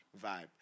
vibe